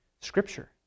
Scripture